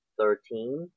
thirteen